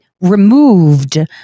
removed